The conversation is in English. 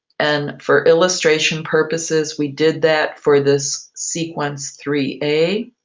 and for illustration purposes, we did that for this sequence three a,